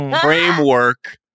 framework